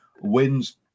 wins